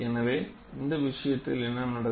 எனவே இந்த விஷயத்தில் என்ன நடக்கும்